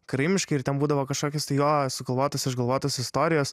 karaimiškai ir ten būdavo kažkokios tai jo sugalvotos išgalvotos istorijos